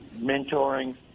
mentoring